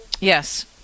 Yes